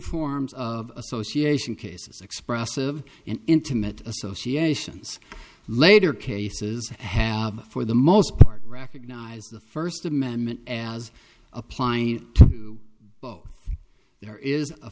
forms of association cases expressive and intimate associations later cases have for the most part recognize the first amendment as applying to both there is a